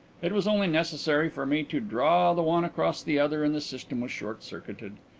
it was only necessary for me to draw the one across the other and the system was short-circuited.